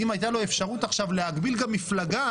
אם הייתה לו אפשרות עכשיו להגביל גם מפלגה,